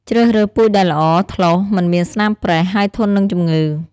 ជ្រើសរើសពូជដែលល្អ ថ្លោស មិនមានស្នាមប្រេះ ហើយធន់នឹងជំងឺ។